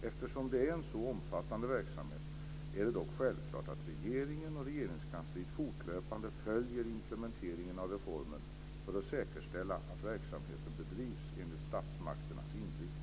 Eftersom det är en så omfattande verksamhet är det dock självklart att regeringen och Regeringskansliet fortlöpande följer implementeringen av reformen för att säkerställa att verksamheten bedrivs enligt statsmakternas inriktning.